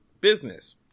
business